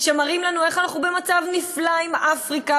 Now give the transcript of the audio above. שמראים לנו איך אנחנו במצב נפלא עם אפריקה,